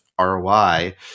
ROI